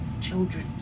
Children